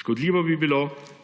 Škodljivo bi bilo,